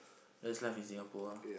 that's life in Singapore ah